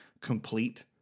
complete